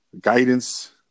guidance